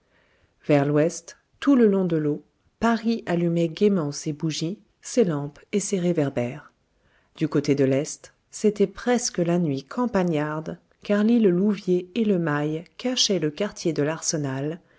vers l'ouest tout le long de l'eau paris allumait gaiement ses bougies ses lampes et ses réverbères du côté de l'est c'était presque la nuit campagnarde car l'île louviers et le mail cachaient le quartier de l'arsenal